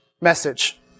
message